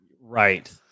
Right